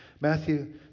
Matthew